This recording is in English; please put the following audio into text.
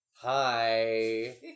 hi